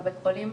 בבית החולים,